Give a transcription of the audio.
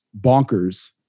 bonkers